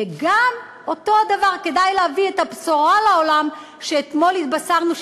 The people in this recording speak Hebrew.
וגם אותו הדבר כדאי להביא לעולם את הבשורה שהתבשרנו אתמול,